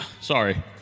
Sorry